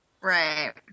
Right